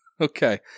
Okay